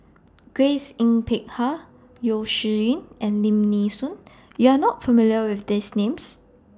Grace Yin Peck Ha Yeo Shih Yun and Lim Nee Soon YOU Are not familiar with These Names